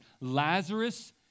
Lazarus